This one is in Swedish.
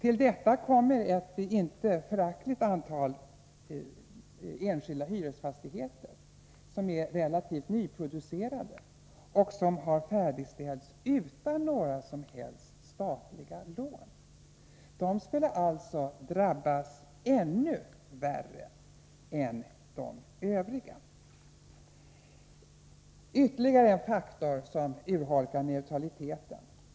Till detta kommer att ett icke föraktligt antal enskilda hyresfastigheter, som är relativt nyproducerade och som har färdigställts utan några som helst statliga lån, skulle alltså drabbas ännu värre än de övriga. Det är ytterligare en faktor som urholkar neutraliteten.